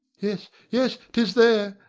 yes, yes tis there!